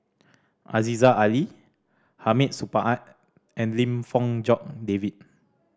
Aziza Ali Hamid Supaat and Lim Fong Jock David